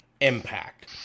impact